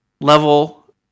level